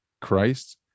Christ